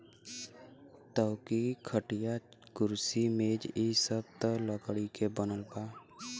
चौकी, खटिया, कुर्सी मेज इ सब त लकड़ी से बनला